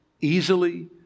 easily